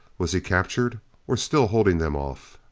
was he captured or still holding them off?